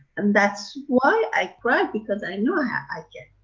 and that's why i cry, because i know i get,